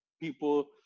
people